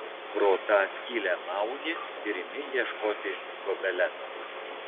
pro tą skylę mauni ir imi ieškoti gobeleno